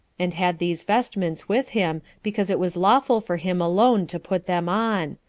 and had these vestments with him, because it was lawful for him alone to put them on,